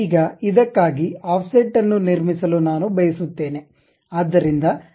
ಈಗ ಇದಕ್ಕಾಗಿ ಆಫ್ಸೆಟ್ ಅನ್ನು ನಿರ್ಮಿಸಲು ನಾನು ಬಯಸುತ್ತೇನೆ